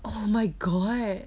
oh my god